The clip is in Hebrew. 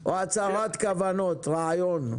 או הצהרת כוונות, רעיון?